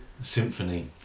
symphony